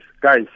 Guys